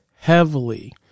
heavily